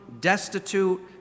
destitute